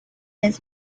has